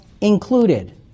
included